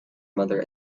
mother